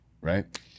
right